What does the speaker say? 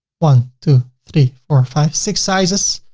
one, two, three, four, five, six. sizes.